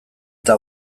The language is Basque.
eta